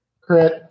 Crit